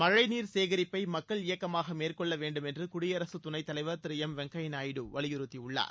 மழைநீர் சேகரிப்பை மக்கள் இயக்கமாக மேற்கொள்ள வேண்டும் என்று குடியரசுத் துணைத் தலைவர் திரு எம் வெங்கையா நாயுடு வலியுறுத்தியுள்ளார்